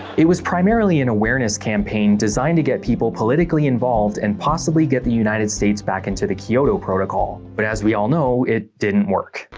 it was primarily an awareness campaign designed to get people politically involved and possibly get the united states back into the kyoto protocol. but as we all know, it didn't work.